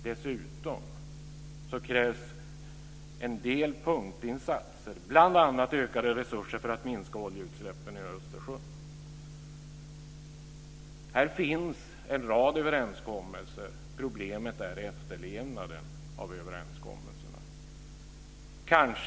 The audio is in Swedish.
Dessutom krävs en del punktinsatser, bl.a. ökade resurser för att minska oljeutsläppen i Östersjön. Här finns en rad överenskommelser. Problemet är efterlevnaden av överenskommelserna.